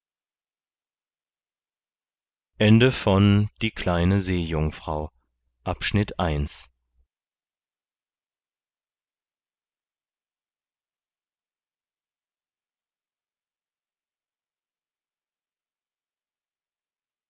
die kleine seejungfrau